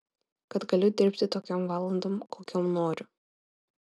kad galiu dirbti tokiom valandom kokiom noriu